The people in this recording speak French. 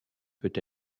peut